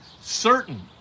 certain